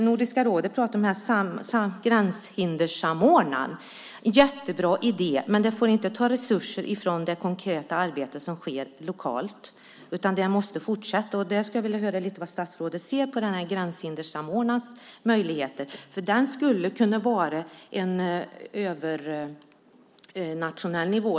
Nordiska rådet talar om en gränshindersamordnare, en jättebra idé, men den får inte ta resurser från det konkreta arbete som sker lokalt, utan det måste fortsätta. Därför skulle jag vilja höra lite hur statsrådet ser på gränshindersamordnarens möjligheter. Gränshindersamordnaren skulle kunna verka på nationell nivå.